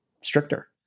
stricter